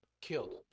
Killed